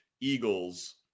Eagles